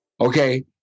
Okay